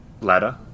ladder